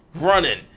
Running